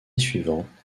suivante